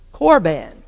Corban